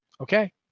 Okay